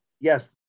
Yes